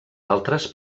altres